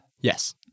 Yes